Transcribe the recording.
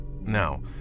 Now